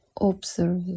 Observe